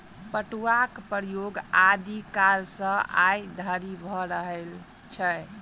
पटुआक प्रयोग आदि कालसँ आइ धरि भ रहल छै